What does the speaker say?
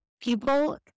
people